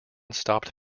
stopped